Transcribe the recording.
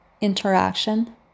interaction